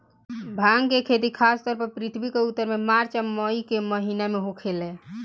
भांग के खेती खासतौर पर पृथ्वी के उत्तर में मार्च आ मई के महीना में होखेला